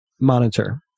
monitor